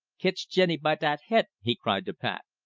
kitch jenny by dat he't! he cried to pat.